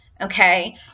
Okay